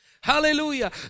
Hallelujah